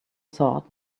sword